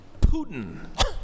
Putin